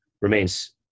remains